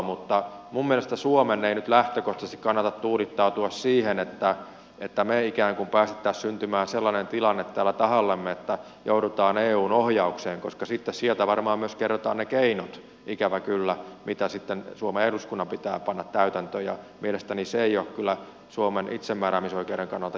mutta minun mielestäni suomen ei nyt lähtökohtaisesti kannata tuudittautua siihen että me ikään kuin päästäisimme syntymään sellaisen tilanteen täällä tahallamme että joudumme eun ohjaukseen koska sitten sieltä varmaan myös kerrotaan ne keinot ikävä kyllä mitkä sitten suomen eduskunnan pitää panna täytäntöön ja mielestäni se ei ole kyllä suomen itsemääräämisoikeuden kannalta järkevää politiikkaa